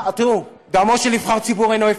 תראו, דמו של נבחר ציבור אינו הפקר.